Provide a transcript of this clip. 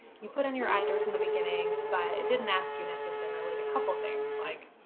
you put in your address in the beginning, but it didn't ask you necessarily a couple things, like,